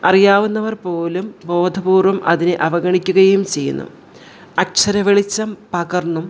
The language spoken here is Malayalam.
അറിയാവുന്നവർ പോലും ബോധപൂർവ്വം അതിനെ അവഗണിക്കുകയും ചെയ്യുന്നു അക്ഷരവെളിച്ചം പകർന്നും